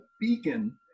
beacon